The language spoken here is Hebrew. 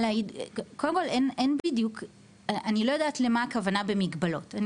קודם כול, אני לא יודעת למה הכוונה במגבלות.